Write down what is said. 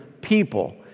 people